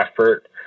effort